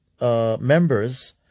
members